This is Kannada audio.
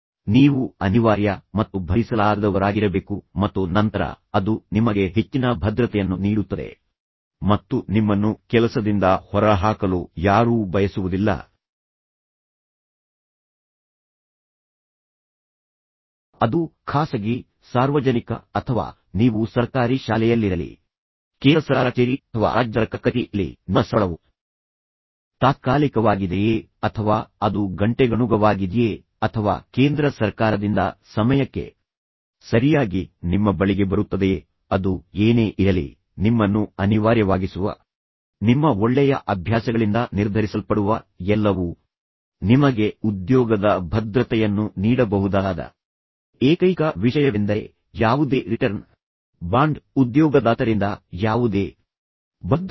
ನೀವು ಅನಿವಾರ್ಯ ಮತ್ತು ಭರಿಸಲಾಗದವರಾಗಿರಬೇಕು ಮತ್ತು ನಂತರ ಅದು ನಿಮಗೆ ಹೆಚ್ಚಿನ ಭದ್ರತೆಯನ್ನು ನೀಡುತ್ತದೆ E ಮತ್ತು ಮ್ಮನ್ನು ಕೆಲಸದಿಂದ ಹೊರಹಾಕಲು ಯಾರೂ ಬಯಸುವುದಿಲ್ಲ ಅದು ಖಾಸಗಿ ಶಾಲೆಯಲ್ಲಿರಲಿ ಸಾರ್ವಜನಿಕ ಶಾಲೆಯಲ್ಲಿರಲಿ ಅಥವಾ ನೀವು ಸರ್ಕಾರಿ ಶಾಲೆಯಲ್ಲಿರಲಿ ಕೇಂದ್ರ ಸರ್ಕಾರ ಕಚೇರಿ ಅಥವಾ ರಾಜ್ಯ ಸರ್ಕಾರ ಕಚೇರಿ ಇರಲಿ ನಿಮ್ಮ ಸಂಬಳವು ತಾತ್ಕಾಲಿಕವಾಗಿದೆಯೇ ಅಥವಾ ಅದು ಗಂಟೆಗಣುಗವಾಗಿದಿಯೇ ಅಥವಾ ಕೇಂದ್ರ ಸರ್ಕಾರದಿಂದ ಸಮಯಕ್ಕೆ ಸರಿಯಾಗಿ ನಿಮ್ಮ ಬಳಿಗೆ ಬರುತ್ತದೆಯೇ ಅದು ಏನೇ ಇರಲಿ ನಿಮ್ಮನ್ನು ಅನಿವಾರ್ಯವಾಗಿಸುವ ನಿಮ್ಮ ಒಳ್ಳೆಯ ಅಭ್ಯಾಸಗಳಿಂದ ನಿರ್ಧರಿಸಲ್ಪಡುವ ಎಲ್ಲವೂ ನಿಮಗೆ ಉದ್ಯೋಗದ ಭದ್ರತೆಯನ್ನು ನೀಡಬಹುದಾದ ಏಕೈಕ ವಿಷಯವೆಂದರೆ ಯಾವುದೇ ರಿಟರ್ನ್ ಬಾಂಡ್ ಉದ್ಯೋಗದಾತರಿಂದ ಯಾವುದೇ ಬದ್ಧತೆಯಿಲ್ಲ